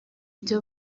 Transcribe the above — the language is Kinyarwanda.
ibyo